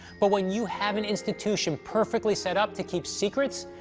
but when you have an institution perfectly set up to keep secrets,